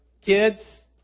kids